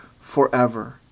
forever